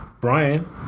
Brian